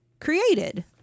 created